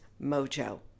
Mojo